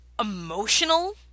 emotional